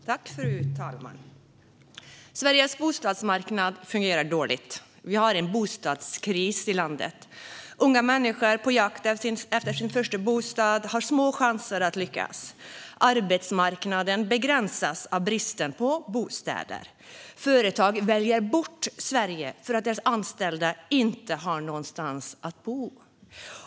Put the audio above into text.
Fru talman! Sveriges bostadsmarknad fungerar dåligt. Vi har en bostadskris i landet. Unga människor på jakt efter sin första bostad har små chanser att lyckas. Arbetsmarknaden begränsas av bristen på bostäder. Företag väljer bort Sverige för att deras anställda inte har någonstans att bo.